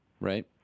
Right